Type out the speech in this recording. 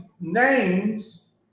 names